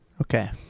Okay